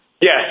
Yes